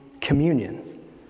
communion